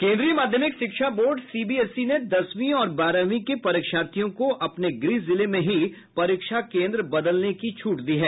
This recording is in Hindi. केन्द्रीय माध्यमिक शिक्षा बोर्ड सीबीएसई ने दसवीं और बारहवीं के परीक्षार्थियों को अपने गृह जिले में परीक्षा केन्द्र बदलने की छूट दी है